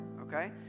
okay